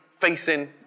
facing